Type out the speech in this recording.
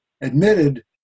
admitted